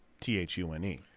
T-H-U-N-E